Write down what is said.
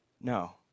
No